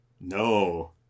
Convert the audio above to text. no